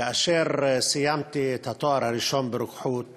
כאשר סיימתי את התואר הראשון ברוקחות